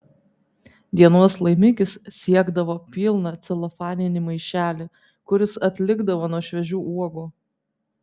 dienos laimikis siekdavo pilną celofaninį maišelį kuris atlikdavo nuo šviežių uogų